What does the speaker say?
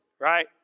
right